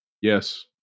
Yes